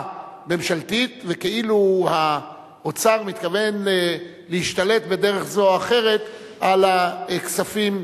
ממשלתית וכאילו האוצר מתכוון להשתלט בדרך כזאת או אחרת על הכספים,